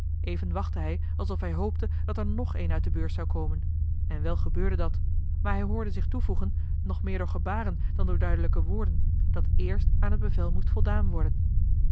even wachtte hij alsof hij hoopte dat er nog een uit de beurs zou komen en wel gebeurde dat maar hij hoorde zich toevoegen nog meer door gebaren dan door duidelijke woorden dat eerst aan het bevel moest voldaan worden